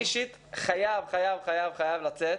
התרבות והספורט): אני אישית חייב חייב לצאת.